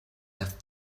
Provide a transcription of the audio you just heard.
have